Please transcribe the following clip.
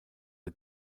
the